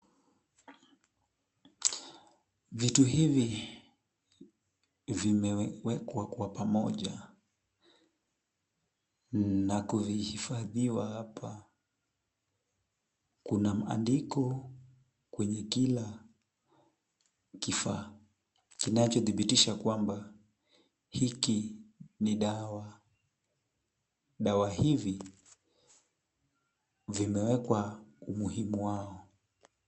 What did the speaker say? Vitu hivi vimewekwa kwa pamoja na kuhifadhiwa hapa. Kuna maandiko kwenye kila kifaa kinachodhibitisha kwamba hiki ni dawa. Dawa hivi vimewekwa umuhimu wao.